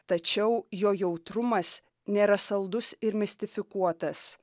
tačiau jo jautrumas nėra saldus ir mistifikuotas